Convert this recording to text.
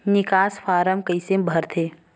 निकास फारम कइसे भरथे?